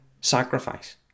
sacrifice